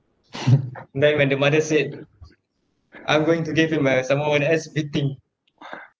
then when the mother said I'm going to give him a some more an ass beating